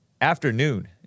afternoon